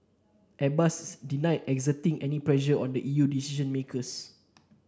Airbus denied exerting any pressure on the E U decision makers